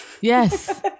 Yes